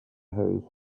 hose